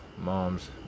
moms